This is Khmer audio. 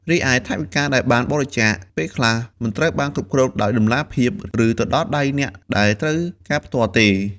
រីឯ ថវិកាដែលបានបរិច្ចាគពេលខ្លះមិនត្រូវបានគ្រប់គ្រងដោយតម្លាភាព ឬទៅដល់ដៃអ្នកដែលត្រូវការផ្ទាល់ទេ។